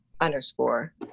underscore